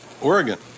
Oregon